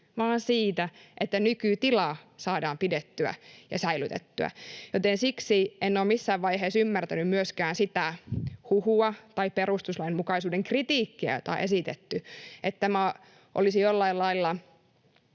vaan siitä, että nykytila saadaan pidettyä ja säilytettyä. Siksi en ole missään vaiheessa ymmärtänyt myöskään sitä huhua tai perustuslainmukaisuuden kritiikkiä, jota on esitetty, että tämä olisi jollain lailla